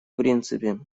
принципе